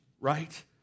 right